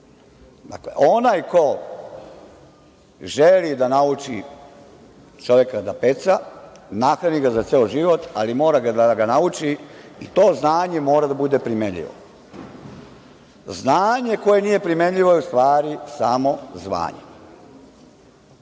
zvanju. Dakle, onaj ko želi da nauči čoveka da peca, nahrani ga za ceo život, ali mora da ga nauči i to znanje mora da bude primenjivo. Znanje koje nije primenjivo je u stvari samo zvanje. Mi